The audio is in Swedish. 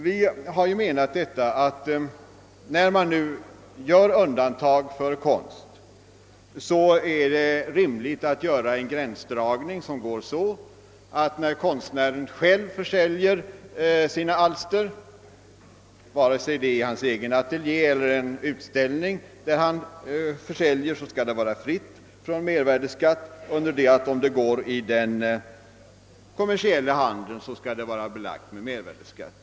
Vi har ansett att när man nu gör undantag för konst, så är det rimligt att göra den gränsdragningen, att försäljningen blir skattefri när konstnären själv försäljer sina alster, vare sig det sker i hans egen ateljé eller på en utställning, under det att försäljningen i den kommersiella handeln skall vara belagd med mervärdeskatt.